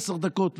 עשר דקות,